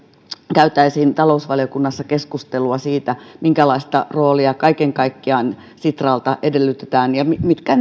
käytäisiin talousvaliokunnassa keskustelua siitä minkälaista roolia kaiken kaikkiaan sitralta edellytetään ja mitkä